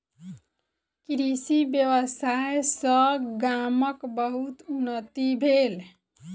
कृषि व्यवसाय सॅ गामक बहुत उन्नति भेल